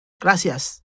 Gracias